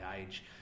age